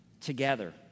together